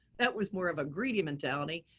that was more of a greedy mentality.